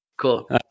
cool